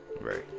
Right